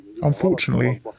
Unfortunately